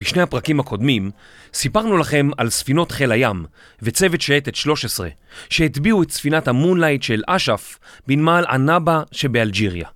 בשני הפרקים הקודמים סיפרנו לכם על ספינות חיל הים וצוות שייטת 13 שהטביעו את ספינת המון לייט של אשף בנמל הנבא שבאלג'יריה